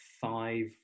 five